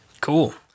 cool